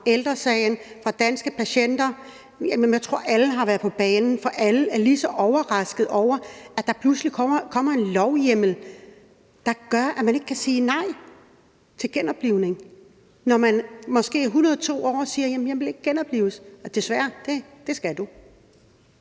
Ældre Sagen, fra Danske Patienter. Jeg tror, alle har været på banen, for alle er lige overraskede over, at der pludselig kommer en lovhjemmel, der gør, at man ikke kan sige nej til genoplivning, når man måske er 102 år og siger: Jamen jeg vil ikke genoplives. Desværre: Det skal du.